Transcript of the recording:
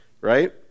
right